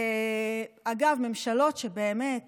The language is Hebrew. אגב, ממשלות שבאמת